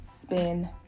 Spin